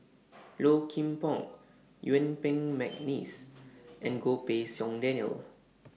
Low Kim Pong Yuen Peng Mcneice and Goh Pei Siong Daniel